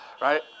right